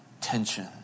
tension